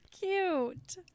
Cute